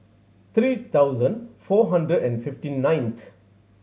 three thousand four hundred and fifty ninth